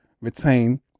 retain